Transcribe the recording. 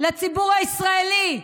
לציבור הישראלי,